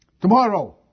Tomorrow